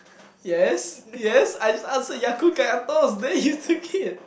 yes yes I just answer Ya-Kun kaya toast then you took it